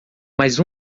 mas